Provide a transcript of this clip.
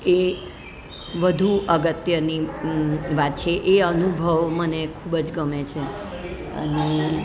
એ વધુ અગત્યની વાત છે એ અનુભવ મને ખૂબ જ ગમે છે અને